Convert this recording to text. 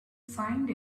find